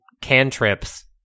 cantrips